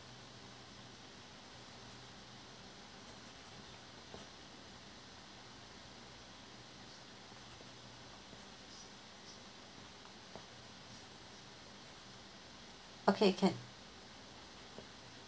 okay can